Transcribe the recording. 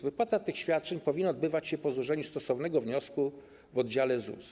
Wypłata tych świadczeń powinna odbywać się po złożeniu stosownego wniosku w oddziale ZUS.